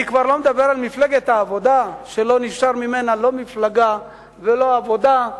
אני כבר לא מדבר על מפלגת העבודה שלא נשאר ממנה לא מפלגה ולא עבודה,